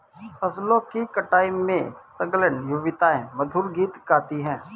फसलों की कटाई में संलग्न युवतियाँ मधुर गीत गाती हैं